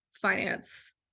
finance